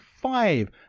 five